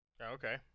Okay